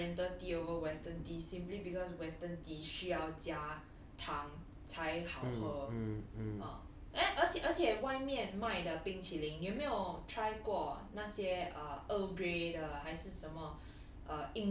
uh I would prefer oriental tea over western tea simply because western tea 需要加糖才好喝 ah 而且而且外面卖的冰淇淋有没有 try 过那些 uh earl grey 的还是什么